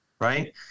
right